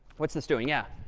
what's this doing? yeah.